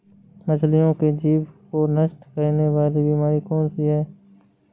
मछलियों के जीभ को नष्ट करने वाली बीमारी कौन सी है?